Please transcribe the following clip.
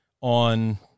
on